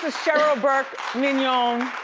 cheryl burke mignogna,